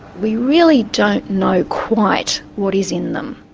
we really don't know quite what is in them.